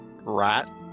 Rat